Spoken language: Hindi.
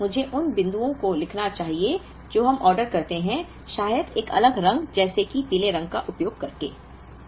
इसलिए मुझे उन बिंदुओं को लिखना चाहिए जो हम ऑर्डर करते हैं शायद एक अलग रंग जैसे कि पीले रंग का उपयोग करके